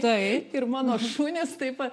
taip ir mano šunys taip pa